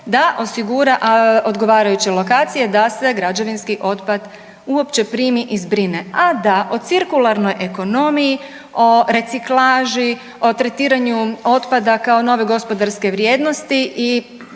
da osigura odgovarajuće lokacije da se građevinski otpad uopće primi i zbrine, a da o cirkularnoj ekonomiji, o reciklaži, o tretiranju otpada kao nove gospodarske vrijednosti i